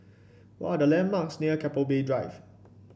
what are the landmarks near Keppel Bay Drive